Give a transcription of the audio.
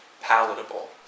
palatable